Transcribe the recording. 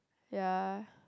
ya